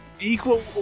equal